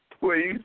Please